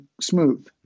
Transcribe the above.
smooth